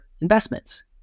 investments